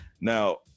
now